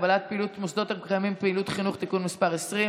(הגבלת פעילות של מוסדות המקיימים פעילות חינוך) (תיקון מס' 20),